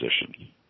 position